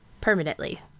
Permanently